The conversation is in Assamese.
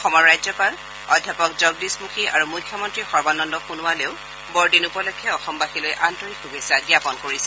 অসমৰ ৰাজ্যপাল অধ্যাপক জগদীশ মুখী আৰু মুখ্যমন্ত্ৰী সৰ্বানন্দ সোণোৱালেও বৰদিন উপলক্ষে অসমবাসীলৈ আন্তৰিক শুভেচ্ছা জ্ঞাপন কৰিছে